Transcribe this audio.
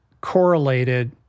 correlated